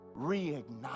Reignite